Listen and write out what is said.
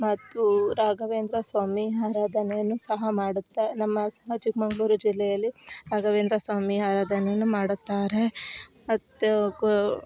ಮತ್ತು ರಾಘವೇಂದ್ರ ಸ್ವಾಮಿ ಆರಾಧನೆಯನ್ನು ಸಹ ಮಾಡುತ್ತಾ ನಮ್ಮ ಸಹ ಚಿಕ್ಕಮಗ್ಳೂರು ಜಿಲ್ಲೆಯಲ್ಲಿ ರಾಘವೇಂದ್ರ ಸ್ವಾಮಿಯ ಆರಾಧನೆಯನ್ನು ಮಾಡುತ್ತಾರೆ ಮತ್ತು ಕೋ